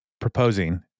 proposing